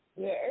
yes